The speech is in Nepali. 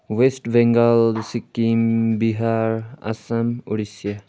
वेस्ट बेङ्गल सिक्किम बिहार असम उडिसा